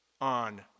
on